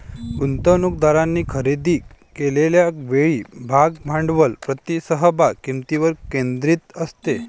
गुंतवणूकदारांनी खरेदी केलेल्या वेळी भाग भांडवल प्रति समभाग किंमतीवर केंद्रित असते